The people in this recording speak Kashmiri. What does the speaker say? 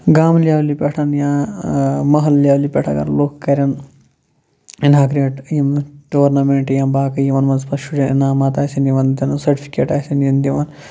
گامہٕ لیٚولہِ پٮ۪ٹھ یا محل لیولہِ پٮ۪ٹھ اگر لُکھ کَرن اِناگریٹ یِم ٹورنَمنٹ یم باقٕے یِمَن منٛز پَتہٕ شُرٮ۪ن اِنعامات آسن یِوان دِنہٕ سٔٹِفِکیٹ آسن یِن دِوَان